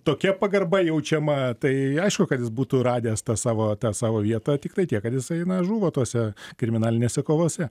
tokia pagarba jaučiama tai aišku kad jis būtų radęs tą savo tą savo vietą tiktai tiek kad jisai na žuvo tose kriminalinėse kovose